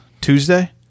Tuesday